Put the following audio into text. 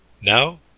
Now